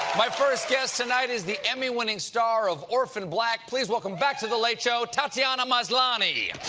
my first guest tonight is the my-winning star of orphan black. please welcome back to the like show, tatiana maslany!